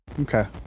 Okay